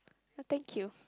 no thank you